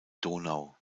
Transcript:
donau